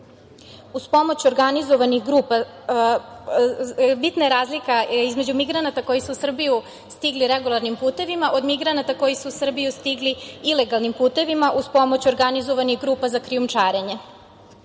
uglavnom zatvoreni. Bitna je razlika između migranata koji su u Srbiju stigli regularnim putevima, od migranata koji su u Srbiju stigli ilegalnim putevima uz pomoć organizovanih grupa za krijumčarenje. Na